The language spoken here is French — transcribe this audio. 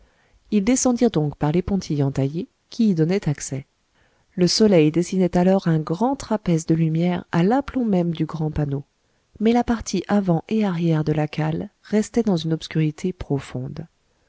ils descendirent donc par l'épontille entaillée qui y donnait accès le soleil dessinait alors un grand trapèze de lumière à l'aplomb même du grand panneau mais la partie avant et arrière de la cale restait dans une obscurité profonde